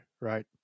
right